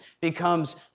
becomes